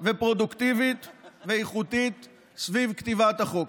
ופרודוקטיבית ואיכותית סביב כתיבת החוק.